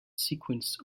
sequence